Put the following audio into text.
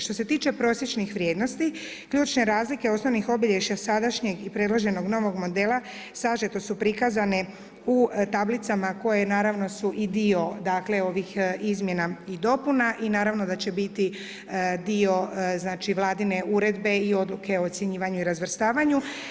Što se tiče prosječnih vrijednosti, ključne razlike osnovnih obilježja sadašnjeg i predloženog novog modela sažeto su prikazane u tablicama koje naravno su i dio ovih izmjena i dopuna i naravno da će biti dio vladine uredbe i odluke o ocjenjivanju i razvrstavanju.